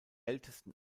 ältesten